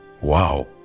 Wow